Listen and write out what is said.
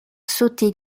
sauter